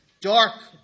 dark